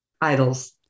idols